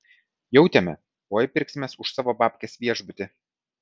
jautėme oi pirksimės už savo babkes viešbutį